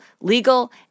legal